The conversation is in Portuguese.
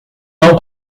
não